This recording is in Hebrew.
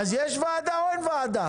אז יש וועדה או אין וועדה?